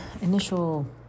initial